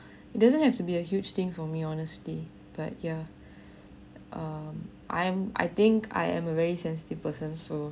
it doesn't have to be a huge thing for me honesty but yeah um I'm I think I am a very sensitive person so